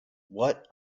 what